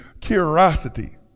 curiosity